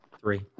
Three